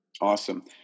Awesome